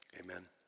Amen